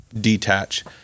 detach